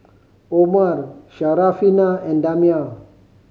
Omar Syarafina and Damia